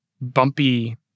bumpy